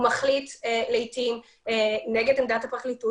הוא מחליט לעתים נגד עמדת הפרקליטות